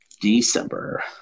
December